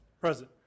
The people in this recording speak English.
Present